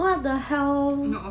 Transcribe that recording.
what the hell